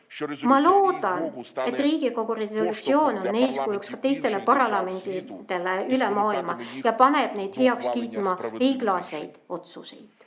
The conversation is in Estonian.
Ma loodan, et Riigikogu resolutsioon on eeskujuks ka teistele parlamentidele üle maailma ja paneb neid heaks kiitma õiglaseid otsuseid. Ja